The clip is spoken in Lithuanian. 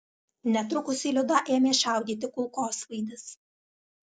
netrukus į liudą ėmė šaudyti kulkosvaidis